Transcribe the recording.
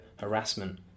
harassment